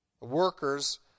workers